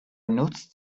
nutzt